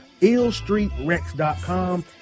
illstreetrex.com